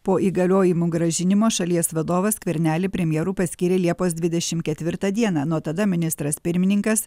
po įgaliojimų grąžinimo šalies vadovas skvernelį premjeru paskyrė liepos dvidešim ketvirtą dieną nuo tada ministras pirmininkas